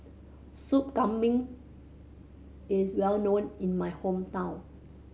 Sup Kambing is well known in my hometown